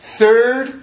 third